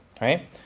right